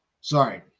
Sorry